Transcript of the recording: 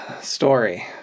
story